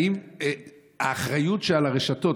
האם האחריות שעל הרשתות,